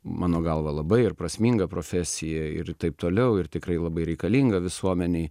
mano galva labai ir prasminga profesija ir taip toliau ir tikrai labai reikalinga visuomenei